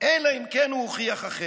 אלא אם כן הוא הוכיח אחרת,